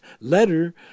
letter